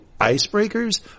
icebreakers